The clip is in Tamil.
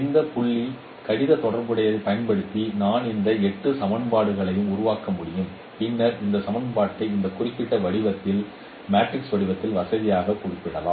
இந்த புள்ளி கடித தொடர்புகளைப் பயன்படுத்தி நான் இந்த 8 சமன்பாடுகளை உருவாக்க முடியும் பின்னர் இந்த சமன்பாட்டை இந்த குறிப்பிட்ட வடிவத்தில் மேட்ரிக்ஸ் வடிவத்தில் வசதியாக குறிப்பிடலாம்